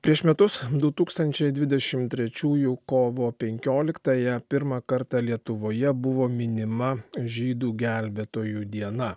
prieš metus du tūkstančiai dvidešim trečiųjų kovo penkioliktąją pirmą kartą lietuvoje buvo minima žydų gelbėtojų diena